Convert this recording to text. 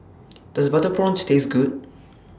Does Butter Prawns Taste Good